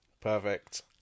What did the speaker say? perfect